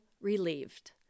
relieved